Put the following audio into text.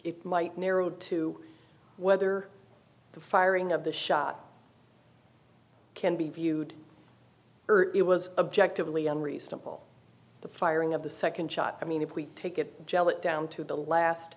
it might narrow to whether the firing of the shot can be viewed it was objective only unreasonable the firing of the second shot i mean if we take a gel it down to the last